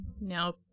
now